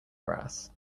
grass